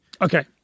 okay